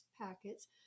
packets